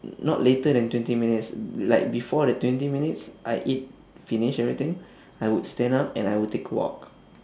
not later than twenty minutes like before the twenty minutes I eat finish everything I would stand up and I would take a walk